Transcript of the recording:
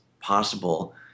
possible